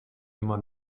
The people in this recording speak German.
immer